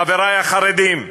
חברי החרדים,